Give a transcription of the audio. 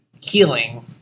healing